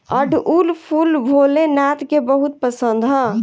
अढ़ऊल फूल भोले नाथ के बहुत पसंद ह